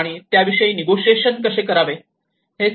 आणि त्याविषयी निगोसिएट कसे करावे